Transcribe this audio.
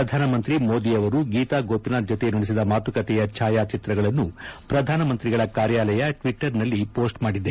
ಪ್ರಧಾನಿ ಮೋದಿ ಅವರು ಗೀತಾ ಗೋಪಿನಾಥ್ ಜತೆ ನಡೆಸಿದ ಮಾತುಕತೆಯ ಛಾಯಾಚಿತ್ರಗಳನ್ನು ಪ್ರಧಾನಮಂತ್ರಿಗಳ ಕಾರ್ಯಾಲಯ ಟ್ಲಿಟ್ಸರ್ನಲ್ಲಿ ಪೋಸ್ಟ್ ಮಾದಿದೆ